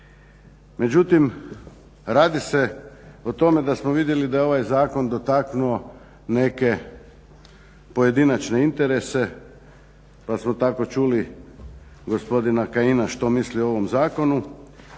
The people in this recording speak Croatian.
Međutim, radi se o tome da smo vidjeli da je ovaj zakon dotaknuo neke pojedinačne interese pa smo tako čuli gospodina Kajina što misli o ovom zakonu.